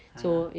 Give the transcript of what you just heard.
!huh!